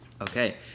Okay